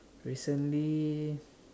recently